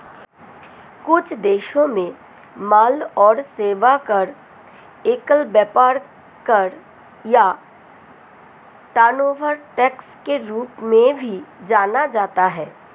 कुछ देशों में माल और सेवा कर, एकल व्यापार कर या टर्नओवर टैक्स के रूप में भी जाना जाता है